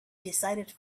decided